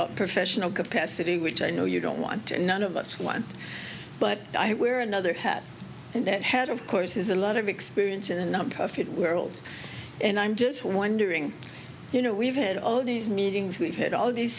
professional capacity which i know you don't want and none of us want but i wear another hat and that head of course is a lot of experience in a number field world and i'm just wondering you know we've had all these meetings we've had all these